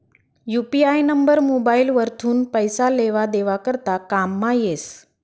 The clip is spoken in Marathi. यू.पी.आय नंबर मोबाइल वरथून पैसा लेवा देवा करता कामंमा येस